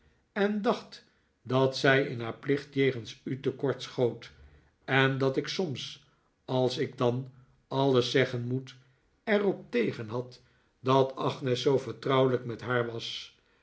en dacht dat zij in haar plicht jegens u te kort schoot en dat ik soms als ik dan alles zeggen moet er op tegen had dat agnes zoo vertrouwelijk met haar was